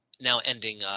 now-ending